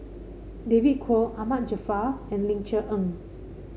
David Kwo Ahmad Jaafar and Ling Cher Eng